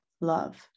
Love